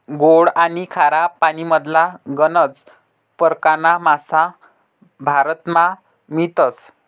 गोड आनी खारा पानीमधला गनज परकारना मासा भारतमा मियतस